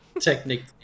Technically